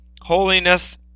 holiness